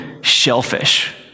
shellfish